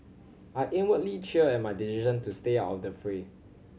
I inwardly cheer at my decision to stay out of the fray